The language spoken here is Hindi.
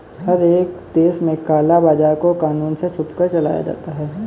हर एक देश में काला बाजार को कानून से छुपकर चलाया जाता है